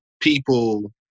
people